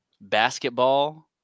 basketball